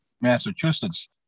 Massachusetts